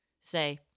say